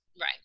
Right